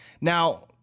Now